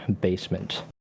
basement